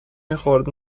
میخورد